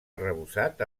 arrebossat